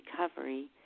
recovery